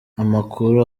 amakuru